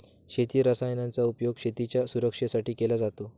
शेती रसायनांचा उपयोग शेतीच्या सुरक्षेसाठी केला जातो